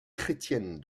chrétienne